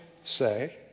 say